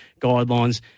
guidelines